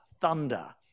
thunder